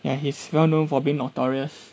ya he's well known for being notorious